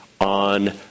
on